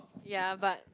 ya but